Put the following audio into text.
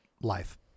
life